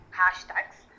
hashtags